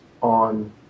on